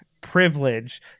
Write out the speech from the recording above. privilege